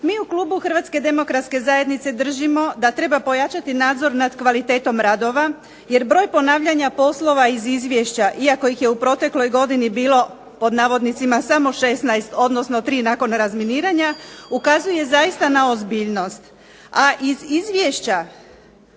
Mi u klubu Hrvatske demokratske zajednice držimo da treba pojačati nadzor nad kvalitetom radova jer broj ponavljanja poslova iz izvješća, iako ih je u protekloj godini bilo pod navodnicima samo 16, odnosno 3 nakon razminiranja ukazuje zaista na ozbiljnost, a i iz izvješća